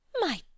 My